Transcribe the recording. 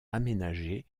aménager